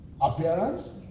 appearance